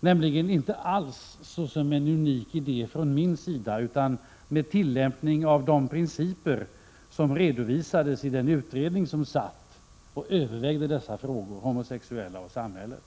nämligen inte alls såsom en unik idé från min sida utan med tillämpning av de principer som redovisades i den utredning som övervägde dessa frågor, Homosexuella och samhället.